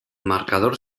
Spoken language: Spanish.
marcador